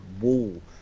wall